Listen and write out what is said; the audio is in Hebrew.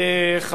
מס'